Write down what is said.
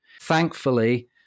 Thankfully